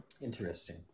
interesting